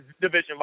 division